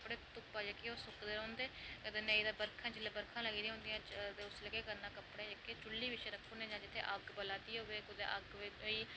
कपड़े धुप्पा जेह्के ओह् सुकदे रौंह्दे अते नेईं दे बरखा जेल्लै बरखा लगदियां होन उसलै केह् करना कपड़े जेह्के चुल्ली पिच्छै रक्खी ओड़ने अग्ग बला दी होऐ अग्ग